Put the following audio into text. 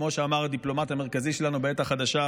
כמו שאמר הדיפלומט המרכזי שלנו בעת החדשה,